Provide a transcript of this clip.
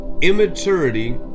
immaturity